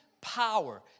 power